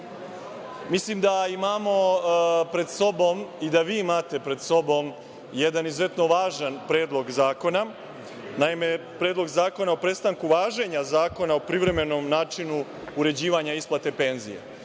da imamo pred sobom i da vi imate pred sobom jedan izuzetno važan predlog zakona, naime, Predlog zakona o prestanku važenja Zakona o privremenom načinu uređivanja isplate penzija. Ovo